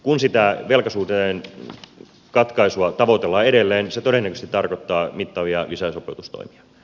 kun sitä velkasuhteen katkaisua tavoitellaan edelleen se todennäköisesti tarkoittaa mittavia lisäsopeutustoimia